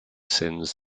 sins